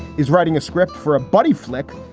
he's writing a script for a buddy flick.